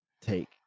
Take